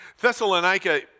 Thessalonica